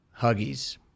Huggies